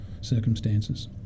circumstances